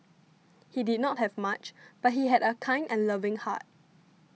he did not have much but he had a kind and loving heart